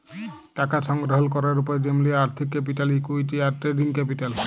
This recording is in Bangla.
টাকা সংগ্রহল ক্যরের উপায় যেমলি আর্থিক ক্যাপিটাল, ইকুইটি, আর ট্রেডিং ক্যাপিটাল